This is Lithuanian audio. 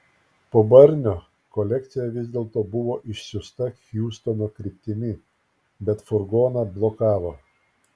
po barnio kolekcija vis dėlto buvo išsiųsta hjustono kryptimi bet furgoną blokavo